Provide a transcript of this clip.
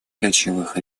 ключевых